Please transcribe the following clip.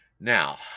Now